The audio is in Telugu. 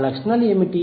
ఆ లక్షణాలు ఏమిటి